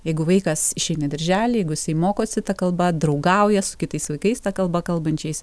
jeigu vaikas šį darželį jeigu isai mokosi ta kalba draugauja su kitais vaikais ta kalba kalbančiais